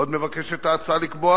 עוד מבקשת ההצעה לקבוע,